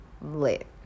lit